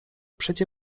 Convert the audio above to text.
przecie